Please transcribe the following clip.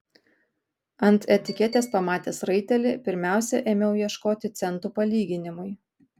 ant etiketės pamatęs raitelį pirmiausia ėmiau ieškoti centų palyginimui